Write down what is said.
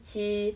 she